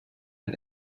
ein